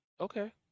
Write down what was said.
okay